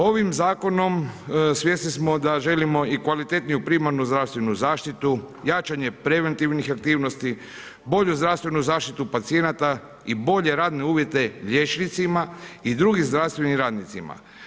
Ovim zakonom svjesni smo da želimo i kvalitetniju primarnu zdravstvenu zaštitu, jačanje preventivnih aktivnosti, bolju zdravstvenu zaštitu pacijenata i bolje radne uvjete liječnicima i drugim zdravstvenim radnicima.